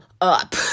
up